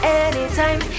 anytime